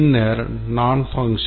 பின்னர் nonfunctional requirements